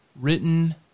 written